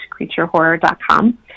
creaturehorror.com